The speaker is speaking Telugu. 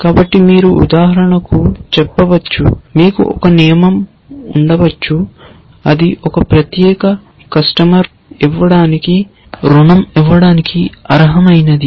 కాబట్టి మీరు ఉదాహరణకు చెప్పవచ్చు మీకు ఒక నియమం ఉండవచ్చు అది ఒక ప్రత్యేక కస్టమర్ రుణం ఇవ్వడానికి అర్హమైనది